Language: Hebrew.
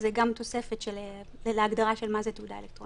זו גם תוספת להגדרה של מה זו "תעודה אלקטרונית".